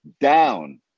down